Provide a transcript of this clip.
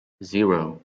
zero